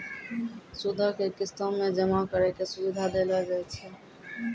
सूदो के किस्तो मे जमा करै के सुविधा देलो जाय छै